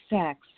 sex